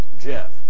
Jeff